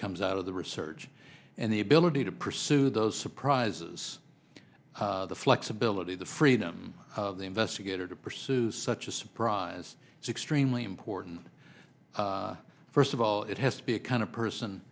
comes out of the research and the ability to pursue those surprises the flexibility the freedom the investigator to pursue such a surprise it's extremely important first of all it has to be a kind of person